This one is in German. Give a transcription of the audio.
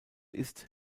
ist